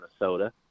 Minnesota